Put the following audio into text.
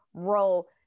role